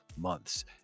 months